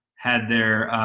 had their.